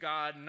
God